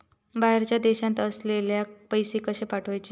बाहेरच्या देशात असलेल्याक पैसे कसे पाठवचे?